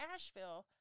Asheville